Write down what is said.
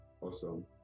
Awesome